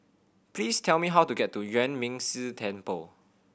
please tell me how to get to Yuan Ming Si Temple